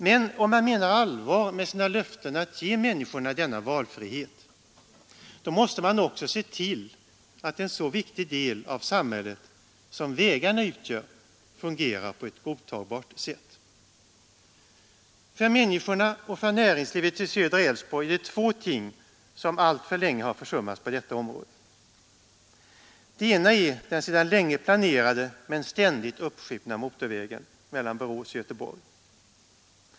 Men om man menar allvar med sina löften att ge människorna denna valmöjlighet, då måste man också se till att en så viktig del av samhället som vägarna utgör fungerar på ett godtagbart sätt. För människorna och för näringslivet i södra Älvsborg är det två ting som alltför länge har försummats på detta område. Det ena är den sedan länge planerade men ständigt uppskjutna motorvägen mellan Borås och Göteborg.